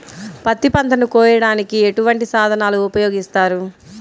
పత్తి పంటను కోయటానికి ఎటువంటి సాధనలు ఉపయోగిస్తారు?